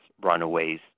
runaways